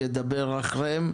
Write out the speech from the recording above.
זה מראה על חשיבות הנושא.